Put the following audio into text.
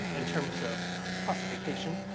in terms of classification,